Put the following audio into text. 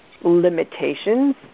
limitations